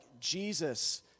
jesus